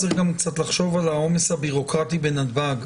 צריך לחשוב על העומס הבירוקרטי בנתב"ג,